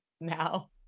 now